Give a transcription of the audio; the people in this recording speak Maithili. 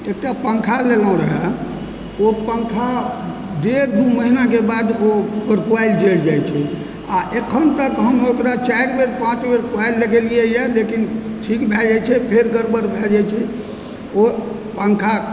एकटा पंखा लेलहुँ रहऽ ओ पंखा डेढ दू महिनाके बाद ओ ओकर क्वाइल जरि जाइ छै आ अखन तक हम ओकरा चारि बेर पाँच बेर क्वाइल लगेलियैए लेकिन ठीक भए जाइत छै फेर गड़बड़ भए जाइत छै ओ पंखा